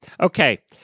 Okay